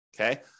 okay